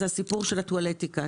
זה הסיפור של הטואלטיקה.